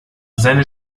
seine